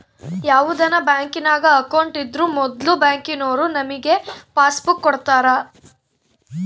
ಯಾವುದನ ಬ್ಯಾಂಕಿನಾಗ ಅಕೌಂಟ್ ಇದ್ರೂ ಮೊದ್ಲು ಬ್ಯಾಂಕಿನೋರು ನಮಿಗೆ ಪಾಸ್ಬುಕ್ ಕೊಡ್ತಾರ